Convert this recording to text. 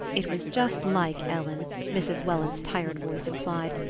it was just like ellen, mrs. welland's tired voice implied,